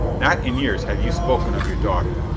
not in years have you spoken of your daughter.